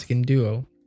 duo